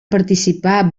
participar